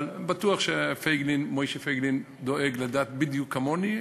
אבל בטוח שמשה פייגלין דואג לדת בדיוק כמוני.